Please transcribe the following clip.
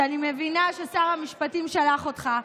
שאני מבינה ששר המשפטים שלח אותך,